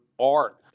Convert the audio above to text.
art